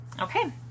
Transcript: Okay